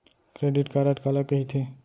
Credit card काला कहिथे?